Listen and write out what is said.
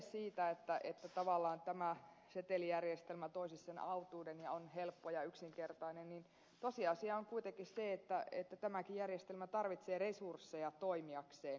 puhutaan että tavallaan tämä setelijärjestelmä toisi autuuden ja on helppo ja yksinkertainen mutta tosiasia on kuitenkin se että tämäkin järjestelmä tarvitsee resursseja toimiakseen